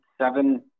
seven